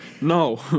no